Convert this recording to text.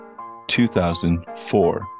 2004